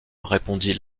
répondit